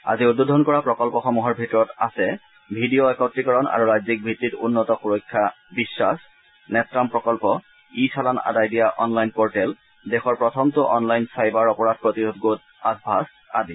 আজি উদ্বোধন কৰা প্ৰকল্পসমূহৰ ভিতৰত আছে ভিডিঅ একত্ৰিকৰণ আৰু ৰাজ্যিক ভিত্তিত উন্নত সূৰক্ষা বিশ্বাস নেত্ৰাম প্ৰকল্প ই চালান আদায় দিয়া অনলাইন পৰ্টেল দেশৰ প্ৰথমটো অনলাইন চাইবাৰ অপৰাধ প্ৰতিৰোধ গোট আছভাট্ট আদি